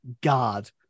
God